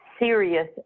serious